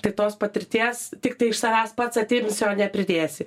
tai tos patirties tiktai iš savęs pats atimsi o ne pridėsi